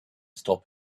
stop